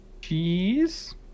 Cheese